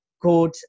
Good